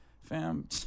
fam